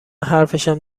حرفشم